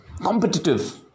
competitive